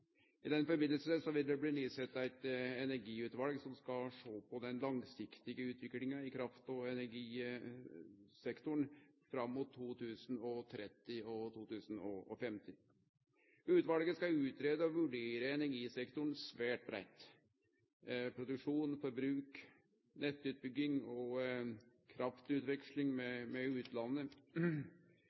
I den samanhengen vil det bli sett ned eit energiutval som skal sjå på den langsiktige utviklinga i kraft- og energisektoren fram mot 2030 og 2050. Utvalet skal utgreie og vurdere energisektoren svært breitt – produksjon, forbruk, nettutbygging og kraftutveksling med